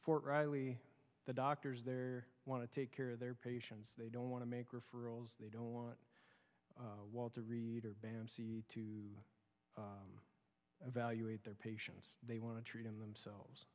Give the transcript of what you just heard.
fort riley the doctors there want to take care of their patients they don't want to make referrals they don't want while to read or to evaluate their patients they want to treat in themselves